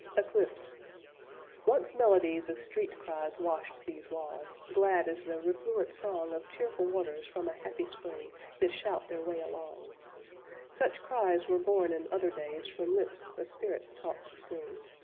eclipse once melodies of street-cries washed these walls, glad as the refluent song of cheerful waters from a happy spring that shout their way along such cries were born in other days from lips a spirit taught to sing.